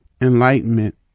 enlightenment